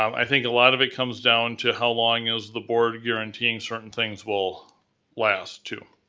i think a lot of it comes down to how long is the board guaranteeing certain things will last too.